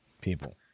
people